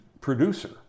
producer